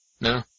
No